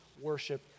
worship